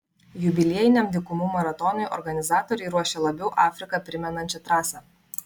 jubiliejiniam dykumų maratonui organizatoriai ruošia labiau afriką primenančią trasą